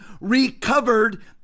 recovered